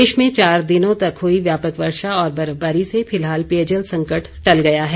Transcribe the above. प्रदेश में चार दिनों तक हुई व्यापक वर्षा और बर्फबारी से फिलहाल पेयजल संकट टल गया है